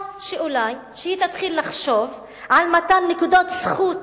אז אולי תתחיל הממשלה לחשוב על מתן נקודות זכות